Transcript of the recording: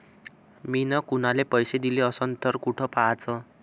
मिन कुनाले पैसे दिले असन तर कुठ पाहाचं?